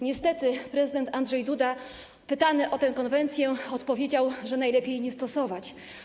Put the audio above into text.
Niestety, prezydent Andrzej Duda pytany o tę konwencję odpowiedział, że najlepiej jej nie stosować.